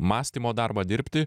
mąstymo darbą dirbti